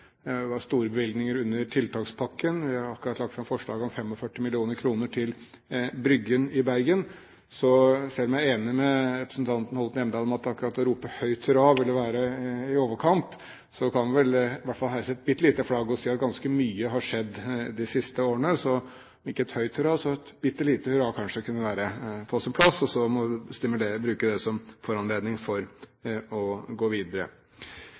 Det var store bevilgninger under tiltakspakken, og jeg har akkurat lagt fram forslag om 45 mill. kr til Bryggen i Bergen. Så selv om jeg er enig med representanten Hjemdal i at akkurat å rope høyt hurra ville være i overkant, kan vi vel i hvert fall heise et bitte lite flagg og si at ganske mye har skjedd de siste årene. Så om ikke et høyt hurra, så kunne kanskje et bitte lite hurra være på sin plass. Og så må vi bruke det som foranledning til å gå videre.